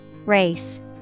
race